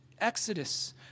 exodus